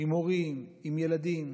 עם הורים ועם ילדים.